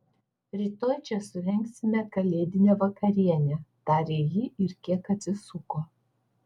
rytoj čia surengsime kalėdinę vakarienę tarė ji ir kiek atsisuko